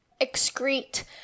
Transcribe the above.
excrete